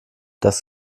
das